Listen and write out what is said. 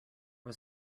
was